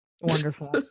Wonderful